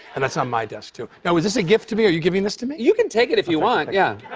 and that's on my desk, too. now, is this a gift to me? are you giving this to me? you can take it if you want. yeah